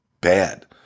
bad